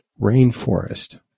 rainforest